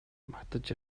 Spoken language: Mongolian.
магтаж